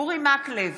אורי מקלב,